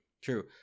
true